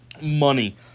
money